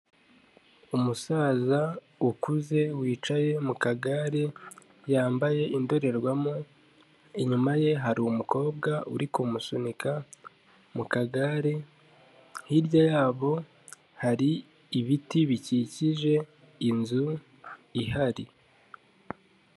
Umusaza ukuze wicaye mu kagare, yambaye indorerwamo, inyuma ye hari umukobwa uri kumusunika mu kagare, hirya yabo hari ibiti bikikije inzu ihari.